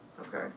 Okay